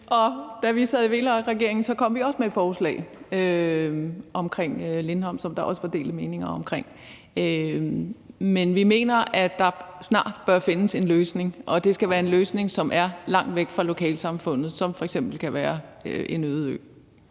Da vi sad i VLAK-regeringen, kom vi med et forslag om Lindholm, som der også var delte meninger om. Vi mener, at der snart bør findes en løsning, og at det skal være en løsning, som er langt væk fra lokalsamfundene. Det kan f.eks. være en øde ø.